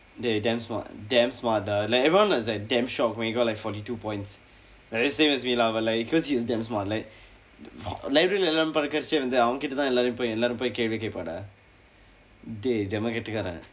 dey damn smart damn smart dah like everyone was like damn shocked when he got like forty two points like that's same as me lah but like cause he's damn smart like library இல் எல்லாம் படிக்கிறபோது அவன் கிட்ட தான் எல்லாரும் போய் எல்லாரும் போய் கேள்வி கேட்போம்:il ellaam padikirapoothu avan kitda thaan ellarum pooy ellaarum poi keelvi keetpoom dah dey damn கெட்டிக்காரன்:ketdikkaaran